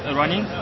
running